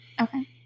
Okay